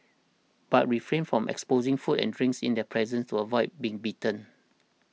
but refrain from exposing food and drinks in their presence to avoid being bitten